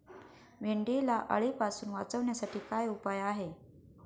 भेंडीला अळीपासून वाचवण्यासाठी काय उपाय आहे?